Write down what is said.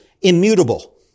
immutable